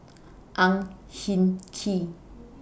Ang Hin Kee